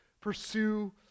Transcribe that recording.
pursue